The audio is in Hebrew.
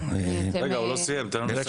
הוא לא סיים, תן לו לסיים.